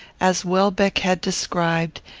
as welbeck had described,